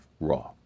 Raw